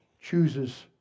chooses